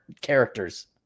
characters